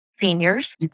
seniors